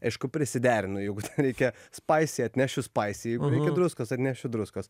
aišku prisiderinu jeigu reikia spicy atnešiu spicy reikia druskos atnešiu druskos